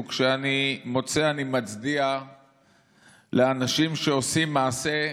וכשאני מוצא אני מצדיע לאנשים שעושים מעשה,